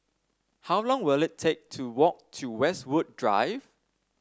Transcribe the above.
how long will it take to walk to Westwood Drive